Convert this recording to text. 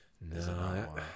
No